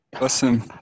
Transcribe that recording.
awesome